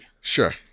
Sure